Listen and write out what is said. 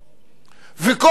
וכל קול אחר,